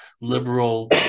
liberal